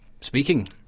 speaking